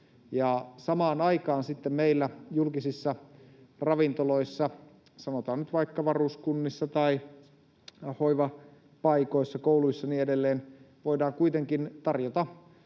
aikaan sitten meillä julkisissa ravintoloissa, sanotaan nyt vaikka varuskunnissa tai hoivapaikoissa, kouluissa, niin edelleen, voidaan kuitenkin tarjota